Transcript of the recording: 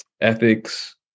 ethics